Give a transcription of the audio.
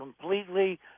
completely